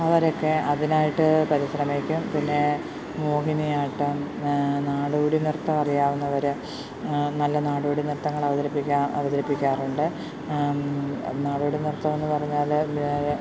അവരൊക്കെ അതിനായിട്ട് പരിശ്രമിക്കും പിന്നെ മോഹിനിയാട്ടം നാടോടിനൃത്തം അറിയാവുന്നവർ നല്ല നാടോടി നൃത്തങ്ങൾ അവതരിപ്പിക്കുക അവതരിപ്പിക്കാറുണ്ട് നാടോടി നൃത്തമെന്ന് പറഞ്ഞാൽ